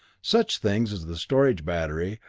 such things as the storage battery,